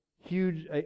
huge